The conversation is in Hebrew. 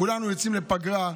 כולנו יוצאים לפגרה.